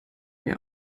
mir